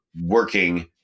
working